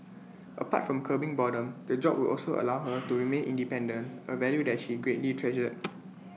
apart from curbing boredom the job would also allow her to remain independent A value that she greatly treasured